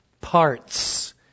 parts